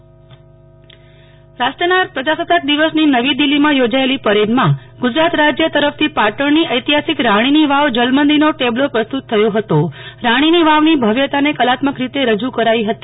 નેહ્લ ઠક્કર રાણીની વાવ રાષ્ટ્રના પ્રજાસત્તાક દિવસની નવી દિલ્ફીમાં યોજાયેલ પરેડમાં ગુજરાત રાજય તરફથી પાટણની ઐતિહાસિક રાણીની વાવ જલમંદિરનો ટેબ્લો પ્રસ્તુ ત થયો હતો રાણીની વાવાની ભવ્યતાને કલાત્મક રીતે રજુ કરાઈ હતી